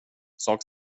sak